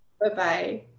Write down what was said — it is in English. Bye-bye